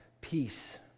peace